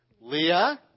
Leah